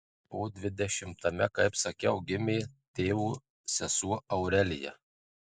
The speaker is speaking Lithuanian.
o dvidešimtame kaip sakiau gimė tėvo sesuo aurelija